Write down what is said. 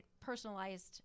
personalized